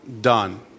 done